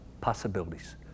possibilities